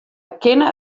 kinne